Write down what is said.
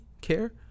care